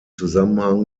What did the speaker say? zusammenhang